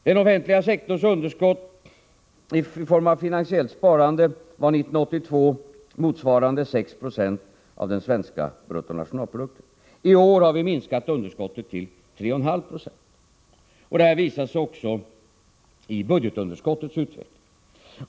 Den offentliga sektorns underskott 1982 i form av finansiellt sparande motsvarade 6 96 av den svenska bruttonationalprodukten. I år har vi minskat underskottet till 3,5 26. Detta visar sig också i budgetunderskottets utveckling.